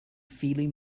feeling